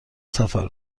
سفر